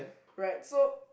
right so